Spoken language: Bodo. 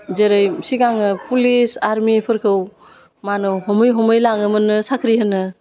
जेरै सिगाङो पुलिस आरमिफोरखौ मा होनो हमै हमै लाङोमोननो साख्रि होनो